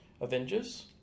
Avengers